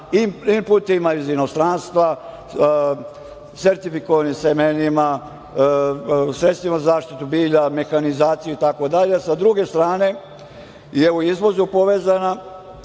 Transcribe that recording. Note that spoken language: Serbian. inputima iz inostranstva, sertifikovanim semenima, sredstvima za zaštitu bilja, mehanizacijom itd, a sa druge strane je u izvozu povezana